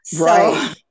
Right